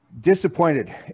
disappointed